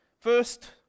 First